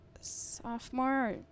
sophomore